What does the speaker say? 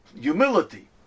humility